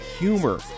humor